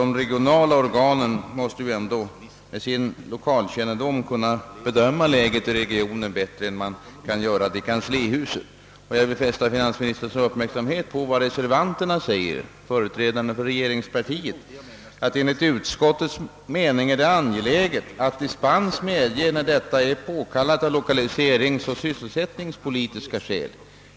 De regionala organen måste ju med sin lokalkännedom kunna bedöma läget i regionen bättre än man kan göra i kanslihuset. Jag vill fästa finansministerns uppmärksamhet på vad reservanterna — företrädarna för regeringspartiet — säger, nämligen att det enligt utskottets mening är angeläget att dispens medges när detta är påkallat av lokaliseringsoch sysselsättningspolitiska skäl.